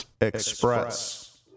Express